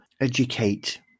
educate